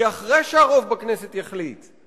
כי אחרי שהרוב בכנסת יחליט,